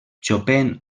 chopin